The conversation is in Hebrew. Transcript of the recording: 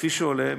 כפי שעולה,